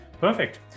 perfect